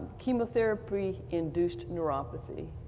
chemotherapy-induced neuropathy,